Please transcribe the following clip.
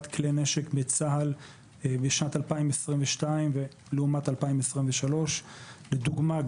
כלי נשק בצה"ל בשנת 2022 לעומת 2023. לדוגמה,